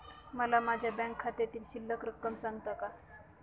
मला माझ्या बँक खात्यातील शिल्लक रक्कम सांगता का?